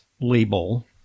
label